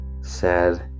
sad